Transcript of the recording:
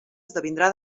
esdevindrà